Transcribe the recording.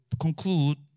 conclude